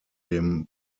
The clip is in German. dem